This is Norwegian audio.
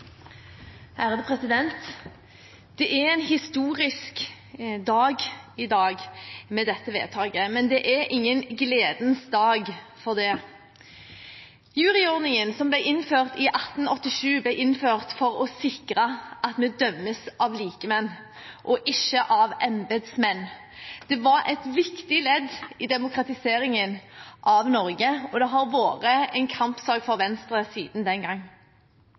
Det er en historisk dag i dag med dette vedtaket. Men det er ingen gledens dag for det. Juryordningen, som ble innført i 1887, ble innført for å sikre at vi dømmes av likemenn og ikke av embetsmenn. Det var et viktig ledd i demokratiseringen av Norge, og det har vært en kampsak for Venstre siden den gang.